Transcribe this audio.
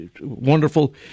wonderful